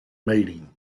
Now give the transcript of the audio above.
meeting